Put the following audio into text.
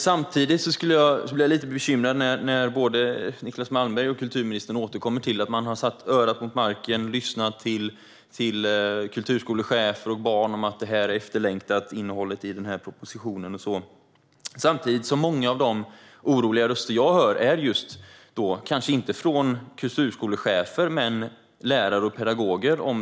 Samtidigt blir jag lite bekymrad när både Niclas Malmberg och kulturministern återkommer till att man har satt örat mot marken och lyssnat till kulturskolechefer och barn och när de talar om att innehållet i propositionen är efterlängtat. Många av de oroliga röster som jag hör tillhör kanske inte kulturskolechefer men väl lärare och pedagoger.